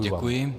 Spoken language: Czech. Děkuji.